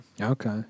Okay